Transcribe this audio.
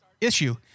issue